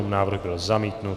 Návrh byl zamítnut.